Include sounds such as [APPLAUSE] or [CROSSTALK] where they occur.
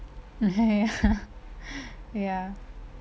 [LAUGHS] ya ya